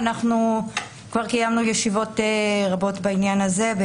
כבר קיימנו ישיבות רבות בעניין הזה.